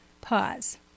pause